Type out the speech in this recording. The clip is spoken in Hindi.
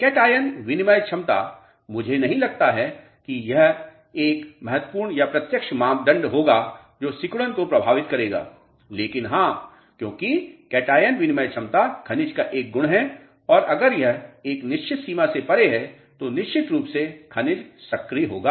कैटायन विनिमय क्षमता मुझे नहीं लगता है कि एक बहुत महत्वपूर्ण या प्रत्यक्ष मापदंड होगा जो सिकुड़न को प्रभावित करेगा लेकिन हां क्योंकि कैटायन विनिमय क्षमता खनिज का एक गुण है और अगर यह एक निश्चित सीमा से परे है तो निश्चित रूप से खनिज सक्रिय होगा